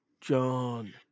John